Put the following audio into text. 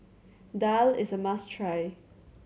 daal is a must try